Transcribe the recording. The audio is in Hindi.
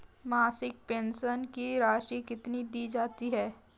मासिक पेंशन की राशि कितनी दी जाती है?